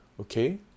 Okay